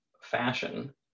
fashion